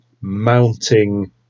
mounting